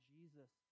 Jesus